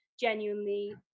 genuinely